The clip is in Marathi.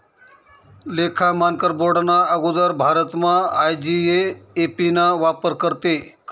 लेखा मानकर बोर्डना आगुदर भारतमा आय.जी.ए.ए.पी ना वापर करेत